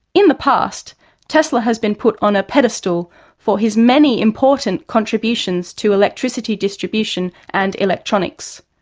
in the past tesla has been put on a pedestal for his many important contributions to electricity distribution and electronics.